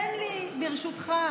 תן לי, ברשותך.